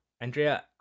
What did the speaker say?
Andrea